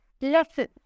lesson